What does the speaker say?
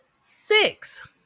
six